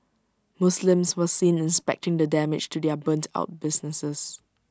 Muslims were seen inspecting the damage to their burnt out businesses